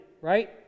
Right